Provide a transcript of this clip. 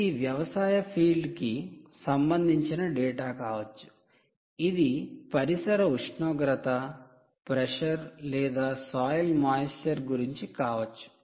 ఇది వ్యవసాయ ఫీల్డ్ కి సంబంధించిన డేటా కావచ్చు ఇది పరిసర ఉష్ణోగ్రత ప్రెషర్ లేదా సాయిల్ మాయిస్చర్ గురించి కావచ్చు